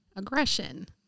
Aggression